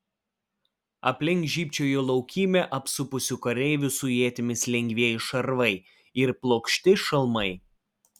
aplink žybčiojo laukymę apsupusių kareivių su ietimis lengvieji šarvai ir plokšti šalmai